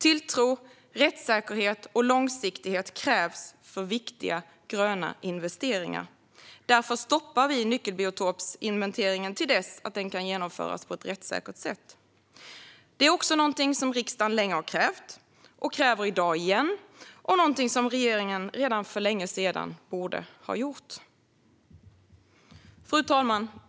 Tilltro, rättssäkerhet och långsiktighet krävs för viktiga gröna investeringar. Därför stoppar vi nyckelbiotopsinventeringen till dess att den kan genomföras på ett rättssäkert sätt. Det är också någonting som riksdagen länge har krävt och kräver i dag igen och någonting som regeringen redan för länge sedan borde ha gjort. Fru talman!